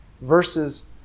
versus